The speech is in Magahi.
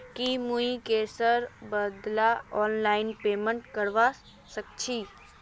की मुई कैशेर बदला ऑनलाइन पेमेंट करवा सकेछी